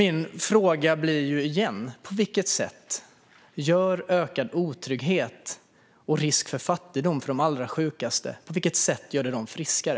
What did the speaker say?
Min fråga blir därför återigen: På vilket sätt gör ökad otrygghet och större risk för fattigdom att de allra sjukaste blir friskare?